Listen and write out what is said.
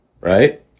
Right